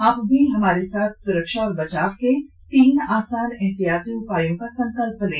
आप भी हमारे साथ सुरक्षा और बचाव के तीन आसान एहतियाती उपायों का संकल्प लें